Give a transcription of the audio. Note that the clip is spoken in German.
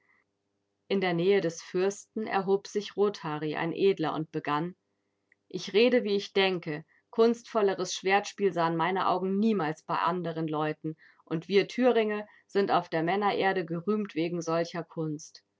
in der nähe des fürsten erhob sich rothari ein edler und begann ich rede wie ich denke kunstvolleres schwertspiel sahen meine augen niemals bei anderen leuten und wir thüringe sind auf der männererde gerühmt wegen solcher kunst